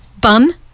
Bun